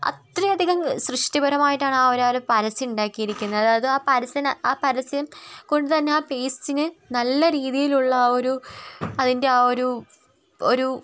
അത്രയധികം സൃഷ്ടിപരമായിട്ടാണ് അവർ ആ ഒരു പരസ്യം ഉണ്ടാക്കിയിരിക്കുന്നത് അതും ആ പരസ്യം ആ പരസ്യം കൊണ്ട് തന്നെ ആ പേസ്റ്റിന് നല്ല രീതിയിൽ ഉള്ള ഒരു അതിൻ്റെ ആ ഒരു ഒരു